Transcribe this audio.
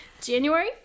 january